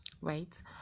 Right